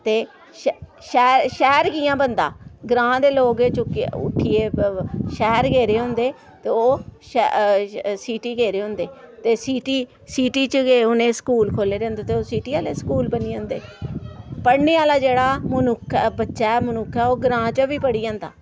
ते श शै शैह्र कि'यां बनदा ग्रां दे लोग चुक्कियै उट्ठियै शैह्र गेदे होंदे ते ओह् शै सिटी गेदे होंदे ते सिटी सिटी च गै उ'नें स्कूल खोह्ल्ले दे होंदे ते ओह् सिटी आह्ले स्कूल बनी जंदे पढ़ने आह्ला जेह्ड़ा मनुक्ख ऐ बच्चा ऐ मनुक्ख ऐ ओह् ग्रां च बी पढ़ी जंंदा